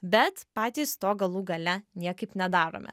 bet patys to galų gale niekaip nedarome